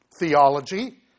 theology